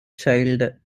child